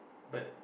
but